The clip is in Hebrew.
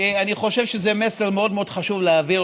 כי אני חושב שזה מסר מאוד מאוד חשוב להעביר: